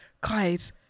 guys